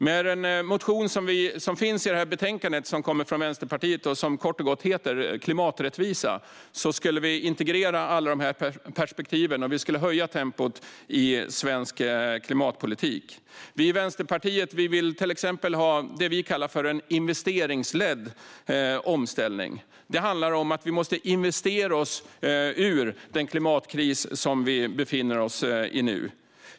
Med den motion från Vänsterpartiet som behandlas i betänkandet och som kort och gott heter Klimaträttvisa skulle vi integrera alla de perspektiven och höja tempot i svensk klimatpolitik. Vi i Vänsterpartiet vill till exempel ha det vi kallar för en investeringsledd omställning. Det handlar om att vi måste investera oss ur den klimatkris som vi nu befinner oss i.